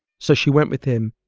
so she went with him,